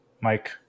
Mike